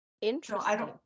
Interesting